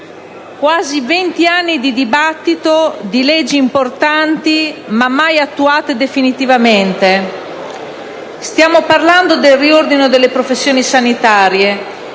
quasi 20 anni di dibattito, di leggi importanti, ma mai attuate definitivamente. Stiamo parlando del riordino delle professioni sanitarie,